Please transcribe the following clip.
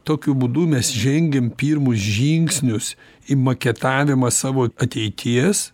tokiu būdu mes žengiam pirmus žingsnius į maketavimą savo ateities